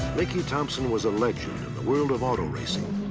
mickey thompson was a legend in the world of auto racing.